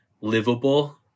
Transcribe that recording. livable